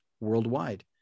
worldwide